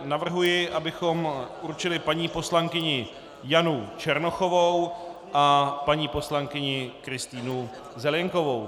Navrhuji, abychom určili paní poslankyni Janu Černochovou a paní poslankyni Kristýnu Zelienkovou.